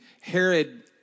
Herod